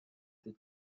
the